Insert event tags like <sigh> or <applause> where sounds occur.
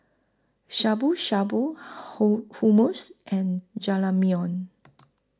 Shabu Shabu <unintelligible> Hummus and Jajangmyeon